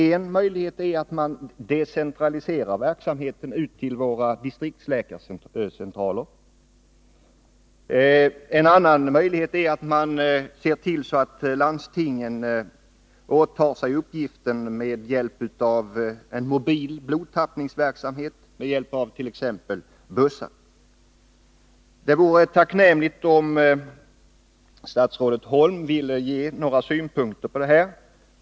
En möjlighet är att decentralisera verksamheten ut till våra distriktsläkarcentraler. En annan möjlighet är att se till att landstingen åtar sig uppgiften med hjälp av en mobil blodtappningsverksamhet, exempelvis i bussar. Det vore tacknämligt om statsrådet Holm ville ge några synpunkter på detta.